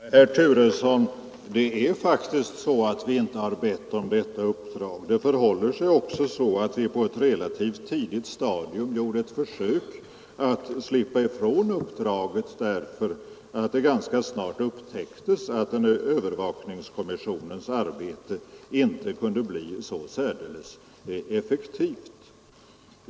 Herr talman! Det är faktiskt så, herr Turesson, att vi inte har bett om detta uppdrag. Det förhåller sig också så att vi på ett relativt tidigt stadium gjorde ett försök att slippa ifrån uppdraget, därför att det ganska snart upptäcktes att övervakningskommissionens arbete inte kunde bli särdeles effektivt.